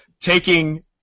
taking